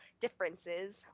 differences